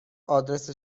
آدرس